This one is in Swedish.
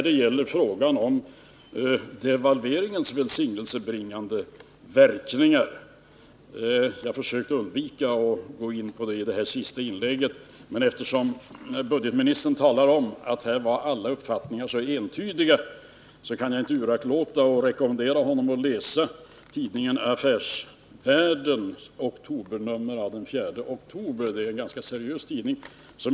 Men nu är frågan om devalveringens ”välsignelsebringande” verkningar inte så helt entydig. Jag försökte undvika att gå in på det i mitt senaste inlägg, men eftersom herr budgetministern här talar om att alla uppfattningar var så entydiga, kan jag inte uraktlåta att rekommendera honom att läsa den seriösa tidningen Affärsvärlden av den 4 oktober 1978.